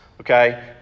Okay